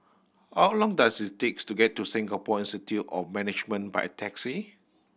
how long does it takes to get to Singapore Institute of Management by taxi